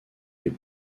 des